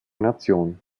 nation